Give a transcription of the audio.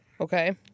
Okay